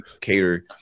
cater